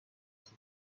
کسب